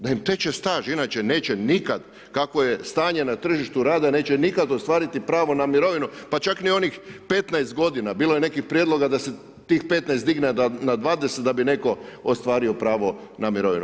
Da im teče staž inače neće nikad kako je stanje na tržištu rada, neće nikad ostvariti pravo na mirovinu pa čak ni onih 15 g. Bilo je nekih prijedloga da se tih 15 g. digne na 20 da bi netko ostvario pravo na mirovinu.